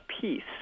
peace